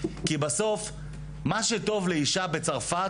כי בסוף מה שטוב לאישה בצרפת,